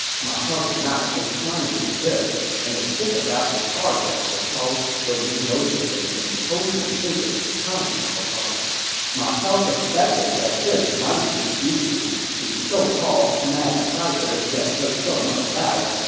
ma chao did not take kindly to this and was just about to charge at cao cao when he noticed an imposing figure behind cao cao ma chao suspected that this might be xu chu, the so-called mad tiger he had heard so about.